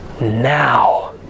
now